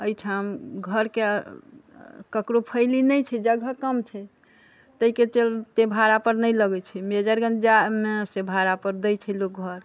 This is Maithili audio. एहिठाम घरके ककरो फैल नहि छै जगह कम छै ताहिके चलते भाड़ा पर नहि लगै छै मेजरगन्ज जाइमे से भाड़ा पर दै छै लोक घर